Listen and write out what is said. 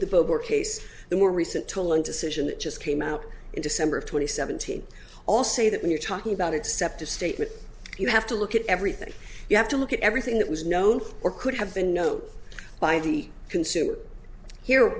bogor case the more recent tolling decision that just came out in december of twenty seventeen all say that when you're talking about except a statement you have to look at everything you have to look at everything that was known or could have been know by the consumer here